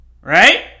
right